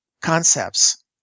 Concepts